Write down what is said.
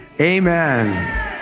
amen